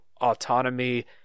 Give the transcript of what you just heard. autonomy